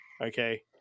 okay